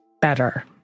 better